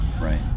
right